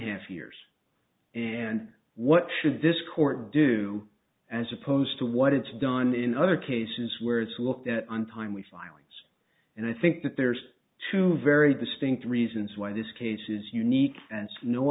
half years and what should this quarter do as opposed to what it's done in other cases where it's looked at on time we filings and i think that there's two very distinct reasons why this case is unique and no